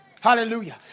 Hallelujah